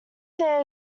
there